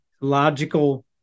logical